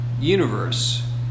universe